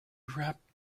wrapped